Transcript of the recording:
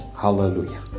Hallelujah